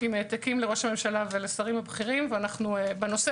עם העתקים לראש הממשלה ולשרים הבכירים בנושא